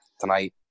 tonight